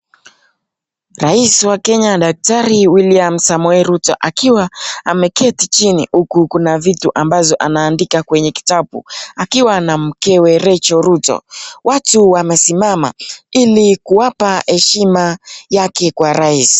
Rais wa Kenya daktari William Samoei Ruto akiwa akiketi chini huku kuna vitu anaandika kwenye kitabu, akiwa na mkewe Rachael Ruto, watu wamesimama ili kuwapa heshima yake kwa rais.